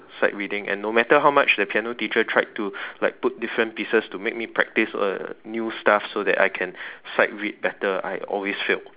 sight reading and no matter how much the piano teacher tried to like put different pieces to make me practice uh new stuff so that I can sight read better but I always failed